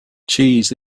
cheese